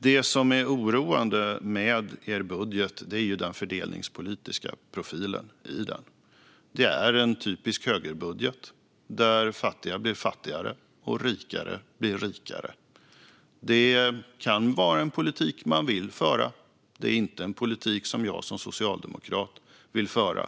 Det som är oroande med er budget, Markus Wiechel, är den fördelningspolitiska profilen i den. Det är en typisk högerbudget där fattiga blir fattigare och rika blir rikare. Det kan vara en politik man vill föra, men jag kan konstatera att det inte är en politik jag som socialdemokrat vill föra.